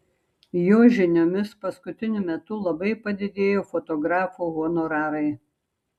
jo žiniomis paskutiniu metu labai padidėjo fotografų honorarai